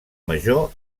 major